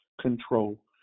control